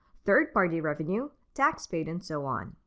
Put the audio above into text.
third party revenue, tax paid, and so on.